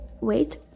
wait